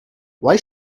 why